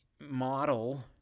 model